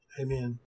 Amen